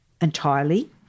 entirely